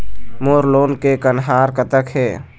मोर loan के कन्हार कतक हे?